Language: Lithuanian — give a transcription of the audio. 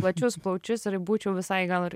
plačius plaučius ir būčiau visai gal ir